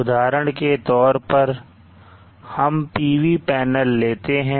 उदाहरण के तौर पर हम PV पैनल लेते हैं